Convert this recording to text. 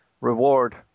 reward